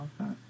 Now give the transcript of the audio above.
okay